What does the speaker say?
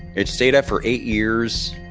it stayed up for eight years,